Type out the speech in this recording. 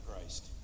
Christ